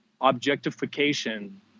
objectification